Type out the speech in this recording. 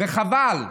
וחבל,